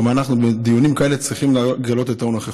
גם אנחנו בדיונים כאלה צריכים לגלות יותר נוכחות.